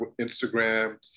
Instagram